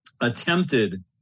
attempted